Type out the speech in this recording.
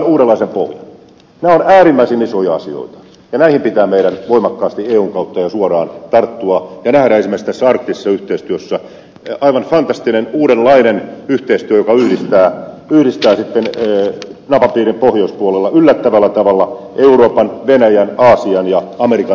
nämä ovat äärimmäisen isoja asioita ja näihin pitää meidän voimakkaasti eun kautta ja suoraan tarttua ja nähdä esimerkiksi arktisessa yhteistyössä aivan fantastinen uudenlainen yhteistyö joka yhdistää napapiirin pohjoispuolella yllättävällä tavalla euroopan venäjän aasian ja amerikan intressit